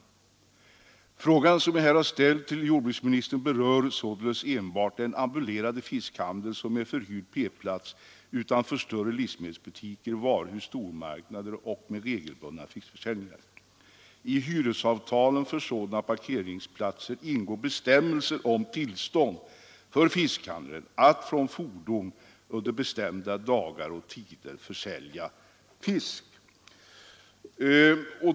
Den fråga som jag har ställt till jordbruksministern berör således den ambulerande fiskhandel som förekommer med förhyrd parkeringsplats utanför större livsmedelsbutiker, varuhus och stormarknader och med regelbundna fiskförsäljningar. I hyresavtalen för sådana parkeringsplatser ingår bestämmelser om tillstånd för fiskhandlaren att från fordon under bestämda dagar och tider försälja fisk.